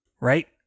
Right